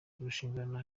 kurushingana